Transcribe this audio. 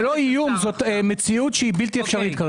זה לא איום אלא זאת מציאות שהיא בלתי אפשרית.